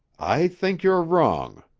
i think you're wrong,